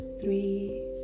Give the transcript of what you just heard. three